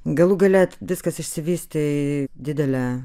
galų gale viskas išsivystė į didelę